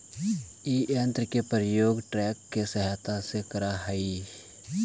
इ यन्त्र के प्रयोग ट्रेक्टर के सहायता से करऽ हई